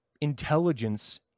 intelligence